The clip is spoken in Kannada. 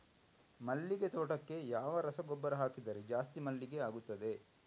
ಮಲ್ಲಿಗೆ ತೋಟಕ್ಕೆ ಯಾವ ರಸಗೊಬ್ಬರ ಹಾಕಿದರೆ ಜಾಸ್ತಿ ಮಲ್ಲಿಗೆ ಆಗುತ್ತದೆ?